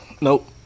Nope